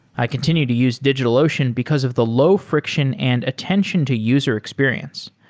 i continue to use digitalocean because of the low friction and attention to user experience.